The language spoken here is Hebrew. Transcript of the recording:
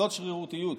זאת שרירותיות.